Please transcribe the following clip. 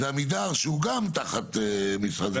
זה עמידר שהוא גם תחת משרד השיכון בצורה כזו או אחרת.